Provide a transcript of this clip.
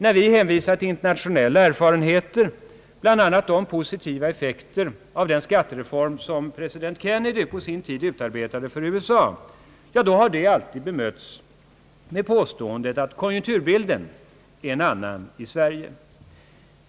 När vi hänvisat till internationella erfarenheter — bl.a. de positiva effekterna av den skattereform som president Kennedy på sin tid utarbetade för USA — har detta alltid bemötts med påståendet att konjunkturbilden är en annan för Sverige.